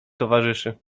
towarzyszy